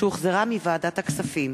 שהחזירה ועדת הכספים,